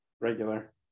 regular